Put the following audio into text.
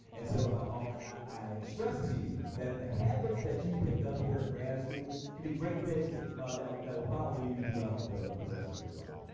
and so i stress to you that the habits that you pick up here in grad school can be great things that that will follow you throughout the the rest of your life.